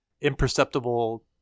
imperceptible